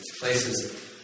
places